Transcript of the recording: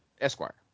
Esquire